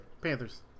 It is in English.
Panthers